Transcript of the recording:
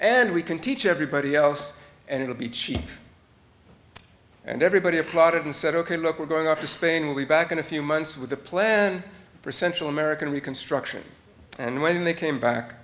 and we can teach everybody else and it'll be cheap and everybody applauded and said ok look we're going off to spain we'll be back in a few months with a plan for central american reconstruction and when they came back